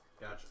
gotcha